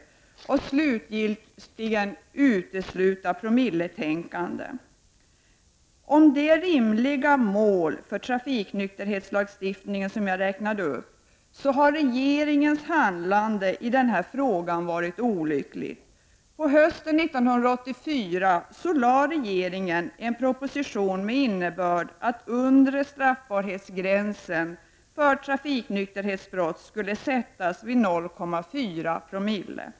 Vidare bör lagstiftningen utesluta promilletänkandet. När det gäller de rimliga mål för trafiknykterhetslagstiftningen som jag räknade upp, har regeringens handlande i denna fråga varit olyckligt. Under hösten 1984 framlade regeringen en proposition med innebörden att den undre straffbarhetsgränsen för trafiknykterhetsbrott skulle sättas vid 0,4 9co.